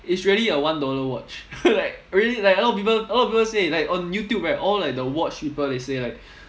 it's really a one dollar watch like really like a lot of people a lot of people say like on youtube right all like the watch people they say like